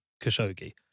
Khashoggi